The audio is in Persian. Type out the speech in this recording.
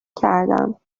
کردم